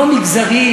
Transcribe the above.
לא מגזרי,